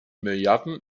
milliarden